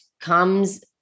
comes